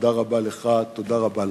תודה רבה לך, תודה רבה לכם.